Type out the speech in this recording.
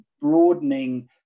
broadening